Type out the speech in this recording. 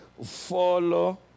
follow